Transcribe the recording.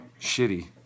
Shitty